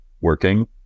working